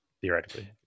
theoretically